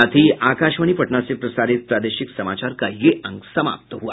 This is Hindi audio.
इसके साथ ही आकाशवाणी पटना से प्रसारित प्रादेशिक समाचार का ये अंक समाप्त हुआ